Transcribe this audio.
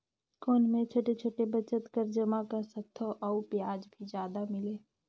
कौन मै छोटे छोटे बचत कर जमा कर सकथव अउ ब्याज भी जादा मिले?